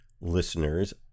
listeners